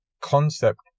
concept